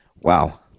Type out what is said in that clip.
Wow